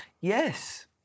Yes